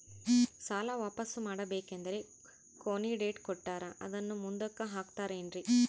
ಸಾಲ ವಾಪಾಸ್ಸು ಮಾಡಬೇಕಂದರೆ ಕೊನಿ ಡೇಟ್ ಕೊಟ್ಟಾರ ಅದನ್ನು ಮುಂದುಕ್ಕ ಹಾಕುತ್ತಾರೇನ್ರಿ?